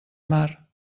mar